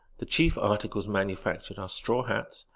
the chief articles manufactured are straw hats,